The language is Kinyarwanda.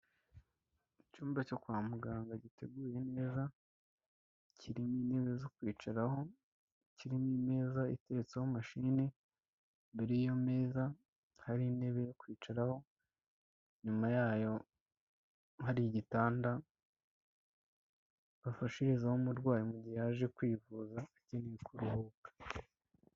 Icyumba cyo kwa muganga giteguye neza, kirimo intebe zo kwicaraho kirimo imeza iteretseho mashini, imbere yayo meza hari intebe yo kwicaraho, inyuma y'ayo hari igitanda bafashirizaho umurwayi mu gihe yaje kwivuza akeneye kuruhuka.